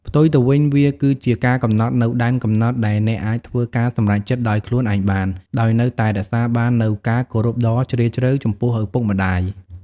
ផ្ទុយទៅវិញ វាគឺជាការកំណត់នូវ ដែនកំណត់ ដែលអ្នកអាចធ្វើការសម្រេចចិត្តដោយខ្លួនឯងបាន ដោយនៅតែរក្សាបាននូវ ការគោរពដ៏ជ្រាលជ្រៅ ចំពោះឪពុកម្ដាយ។